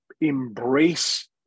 embrace